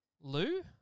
Lou